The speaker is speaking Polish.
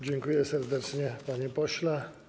Dziękuję serdecznie, panie pośle.